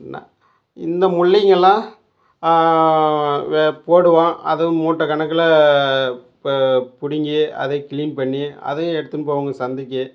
நான் இந்த முள்ளங்கி எல்லாம் வே போடுவோம் அதுவும் மூட்டைக் கணக்கில் ப பிடுங்கி அதை க்ளீன் பண்ணி அதையும் எடுத்துன்னு போவோங்க சந்தைக்கு